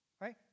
right